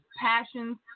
passions